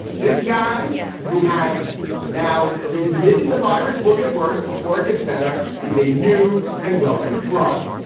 this guy who has now admitted the virus will get worse before it gets better, is a new and welcome trump,